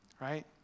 right